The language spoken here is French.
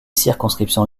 circonscriptions